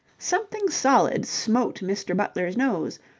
something solid smote mr. butler's nose,